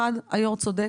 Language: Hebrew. אחת, היו"ר צודק,